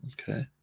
Okay